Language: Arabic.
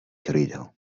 تريده